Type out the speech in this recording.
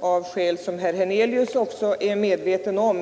av skäl som herr Hernelius är medveten om, inte haft.